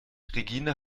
regine